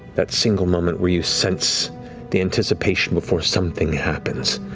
that single moment where you sense the anticipation before something happens,